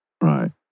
Right